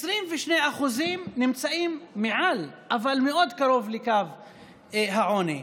22% נמצאים מעל אבל מאוד קרוב לקו העוני,